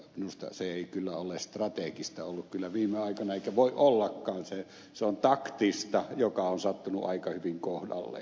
minusta se ei kyllä ole strategista ollut viime aikoina eikä voi ollakaan se on taktista joka on sattunut aika hyvin kohdalleen